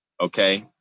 Okay